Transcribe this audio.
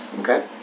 Okay